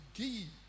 give